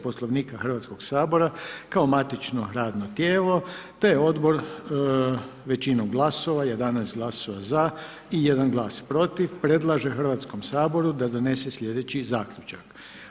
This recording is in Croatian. Poslovnika Hrvatskog sabora kao matično radno tijelo te je odbor većinom glasova, 11 glasova za i 1 glas protiv predlaže Hrvatskom saboru da donese slijedeći zaključak.